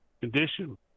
condition